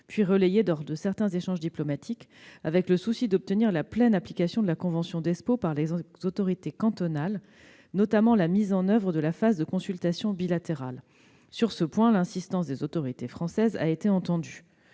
puis relayé lors de certains échanges diplomatiques, avec le souci d'obtenir la pleine application de la convention d'Espoo par les autorités cantonales, notamment la mise en oeuvre de la phase de consultations bilatérales. Sur ce point, l'insistance des autorités françaises a été entendue.